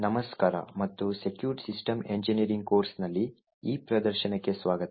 ನಮಸ್ಕಾರ ಮತ್ತು secure system engineering ಕೋರ್ಸ್ನಲ್ಲಿ ಈ ಪ್ರದರ್ಶನಕ್ಕೆ ಸ್ವಾಗತ